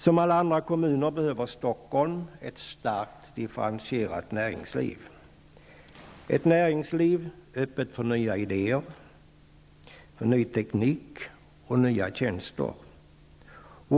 Som alla andra kommuner behöver Stockholm ett starkt differentierat näringsliv, ett näringsliv öppet för nya idéer, ny teknik och nya tjänster.